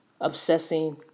obsessing